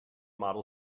model